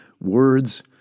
words